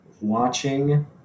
watching